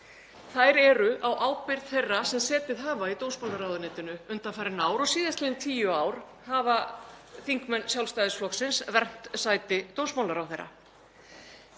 Þær eru á ábyrgð þeirra sem setið hafa í dómsmálaráðuneytinu undanfarin ár og síðastliðin tíu ár hafa þingmenn Sjálfstæðisflokksins vermt sæti dómsmálaráðherra.